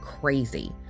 crazy